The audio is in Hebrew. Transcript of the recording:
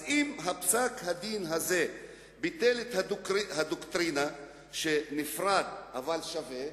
אז אם פסק-הדין הזה ביטל את הדוקטרינה של נפרד אבל שווה,